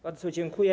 Bardzo dziękuję.